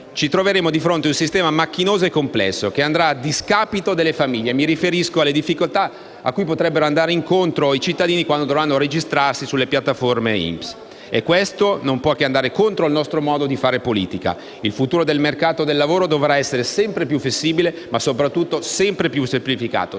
ci troveremo di fronte a un sistema macchinoso e complesso che andrà a discapito delle famiglie. E mi riferisco alle difficoltà che incontreranno i cittadini quando dovranno registrarsi sulle piattaforme INPS. E questo non può che andare contro il nostro modo di fare politica. Il futuro del mercato del lavoro dovrà essere sempre più flessibile, ma soprattutto sempre più semplificato